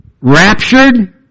raptured